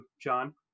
John